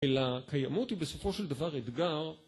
אלא קיימות היא בסופו של דבר אתגר.